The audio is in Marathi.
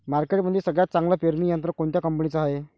मार्केटमंदी सगळ्यात चांगलं पेरणी यंत्र कोनत्या कंपनीचं हाये?